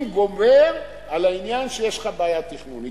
גובר על העניין שיש לך בעיה תכנונית.